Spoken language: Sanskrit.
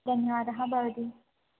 धन्यवादः भवती